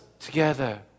together